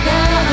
Now